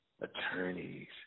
attorneys